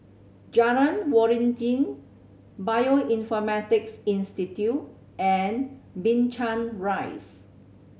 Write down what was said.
Jalan Waringin Bioinformatics Institute and Binchang Rise